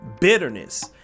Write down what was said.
bitterness